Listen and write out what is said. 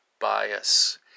bias